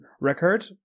record